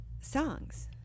songs